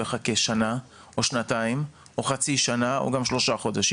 יחכה שנה או שנתיים או חצי שנה או גם שלושה חודשים?